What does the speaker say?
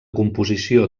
composició